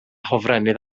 hofrennydd